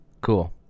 Cool